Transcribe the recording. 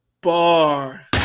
bar